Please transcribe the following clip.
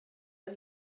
but